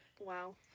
Wow